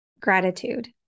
Gratitude